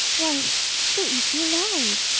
why she'll eat you alive!